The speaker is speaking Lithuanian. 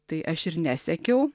tai aš ir nesekiau